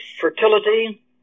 fertility